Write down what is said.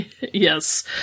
Yes